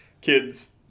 Kids